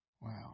Wow